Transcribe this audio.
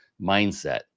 mindset